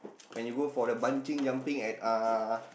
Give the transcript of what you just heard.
when you go for the bungee jumping at uh